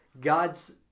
God's